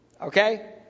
Okay